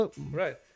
Right